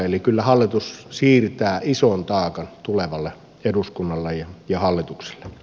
eli kyllä hallitus siirtää ison takaan tulevalle eduskunnalle ja hallitukselle